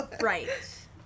Right